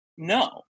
No